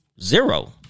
Zero